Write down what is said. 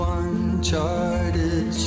uncharted